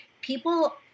people